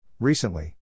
Recently